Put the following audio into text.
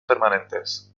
permanentes